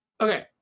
Okay